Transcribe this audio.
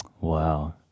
Wow